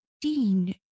Dean